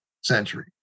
century